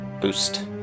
boost